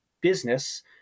business